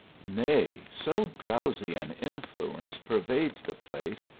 nay, so drowsy an influence pervades the place,